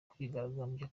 kwigaragambya